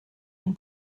and